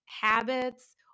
habits